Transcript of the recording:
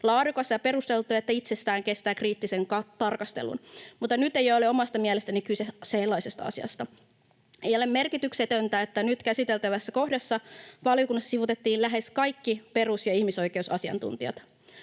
laadukas ja perusteltu, että se itsestään kestää kriittisen tarkastelun, mutta nyt ei ole omasta mielestäni kyse sellaisesta asiasta. Ei ole merkityksetöntä, että nyt käsiteltävässä kohdassa valiokunnassa sivuutettiin lähes kaikki perus- ja ihmisoikeusasiantuntijat.